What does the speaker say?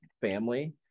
family